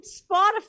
Spotify